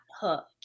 hook